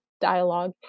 dialogue